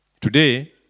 Today